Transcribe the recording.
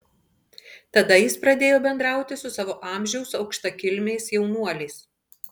tada jis pradėjo bendrauti su savo amžiaus aukštakilmiais jaunuoliais